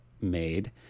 made